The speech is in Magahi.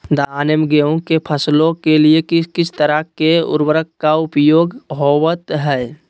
धान एवं गेहूं के फसलों के लिए किस किस तरह के उर्वरक का उपयोग होवत है?